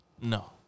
No